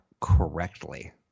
correctly